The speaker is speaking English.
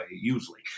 usually